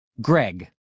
Greg